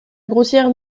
grossière